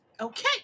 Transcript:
Okay